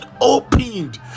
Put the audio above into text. opened